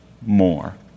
more